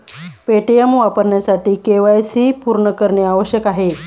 Paytm वापरण्यासाठी KYC पूर्ण करणे आवश्यक आहे